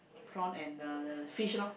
prawn and uh the fish loh